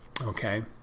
Okay